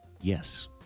Yes